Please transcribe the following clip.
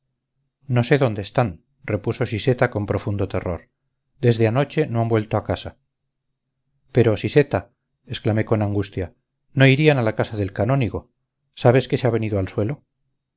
no sé dónde están repuso siseta con profundo terror desde anoche no han vuelto a casa pero siseta exclamé con angustia no irían a la casa del canónigo sabes que se ha venido al suelo